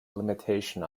limitation